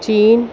چین